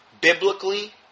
biblically